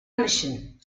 mission